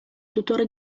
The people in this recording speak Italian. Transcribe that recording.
tutore